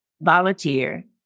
volunteer